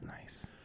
Nice